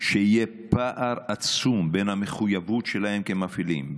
שיהיה פער עצום בין המחויבות שלהם כמפעילים,